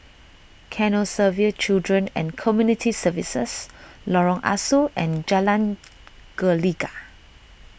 Canossaville Children and Community Services Lorong Ah Soo and Jalan Gelegar